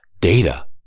data